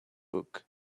book